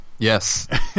Yes